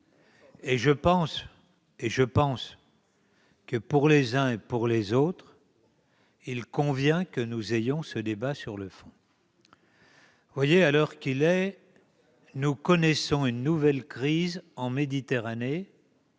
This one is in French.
! Je pense que, pour les uns et pour les autres, il convient que nous ayons ce débat sur le fond. À l'heure qu'il est, nous connaissons une nouvelle crise en Méditerranée,